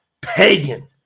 Pagan